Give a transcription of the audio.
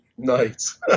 Nice